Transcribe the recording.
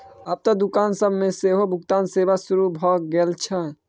आब त दोकान सब मे सेहो भुगतान सेवा शुरू भ गेल छै